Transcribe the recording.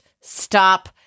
stop